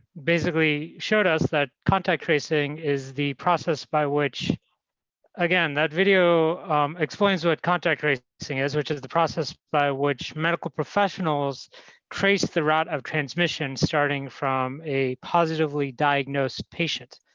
basically showed us that contact tracing is the process by which again, that video explains what contact tracing is, which is the process by which medical professionals trace the route of transmission starting from a positively diagnosed patient.